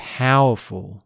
powerful